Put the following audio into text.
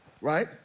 right